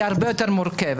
היא הרבה יותר מורכבת.